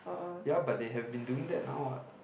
ya but they have been doing that now what